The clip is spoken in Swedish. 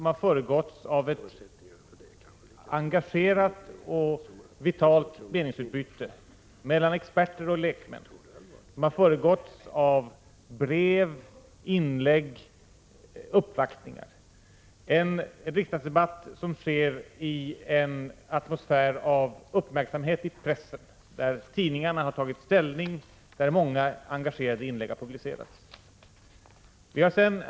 Den har föregåtts av ett engagerat och vitalt meningsutbyte mellan experter och lekmän och av brev, inlägg och uppvaktningar. Debatten har också förts i en atmosfär som präglats av uppmärksamhet i pressen; tidningarna har tagit ställning, och många engagerade inlägg har publicerats.